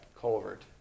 culvert